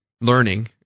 learning